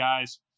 guys